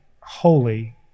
holy